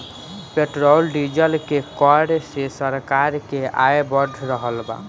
petrol diesel के कर से सरकार के आय बढ़ रहल बा